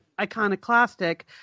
iconoclastic